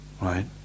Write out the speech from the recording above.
right